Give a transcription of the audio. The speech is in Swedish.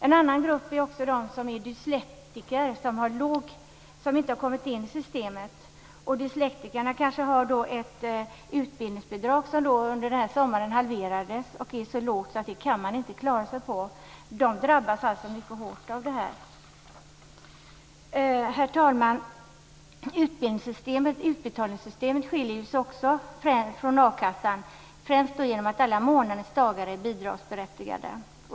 En annan grupp är dyslektiker, som inte har kommit in i systemet. De kanske har utbildningsbidrag. Utbildningsbidraget halverades i somras och är så lågt att man inte kan klara sig på det. De drabbas alltså mycket hårt av det här. Herr talman! Utbetalningssystemet skiljer sig också från a-kassans, främst genom att alla månadens dagar är bidragsberättigade.